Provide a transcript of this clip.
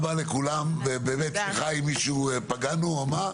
לכולם וסליחה אם פגענו במישהו או מה.